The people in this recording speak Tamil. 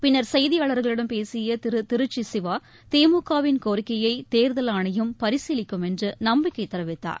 பின்னர் செய்தியாளர்களிடம் பேசிய திரு திருச்சி சிவா திமுக வின் கோரிக்கையை தேர்தல் ஆணையம் பரிசீலிக்கும் என்று நம்பிக்கை தெரிவித்தார்